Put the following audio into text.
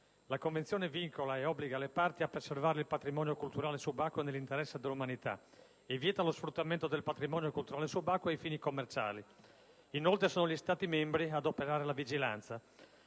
La Convenzione vincola e obbliga le Parti a preservare il patrimonio culturale subacqueo nell'interesse dell'umanità e ne vieta lo sfruttamento a fini commerciali; inoltre, sono gli Stati membri ad operare la vigilanza.